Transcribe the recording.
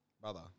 brother